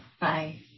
Bye